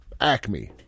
Acme